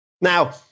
Now